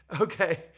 Okay